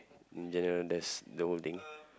there's the holding